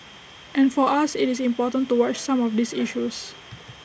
and for us IT is important to watch some of these issues